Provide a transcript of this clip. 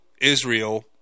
israel